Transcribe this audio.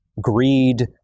greed